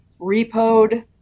repoed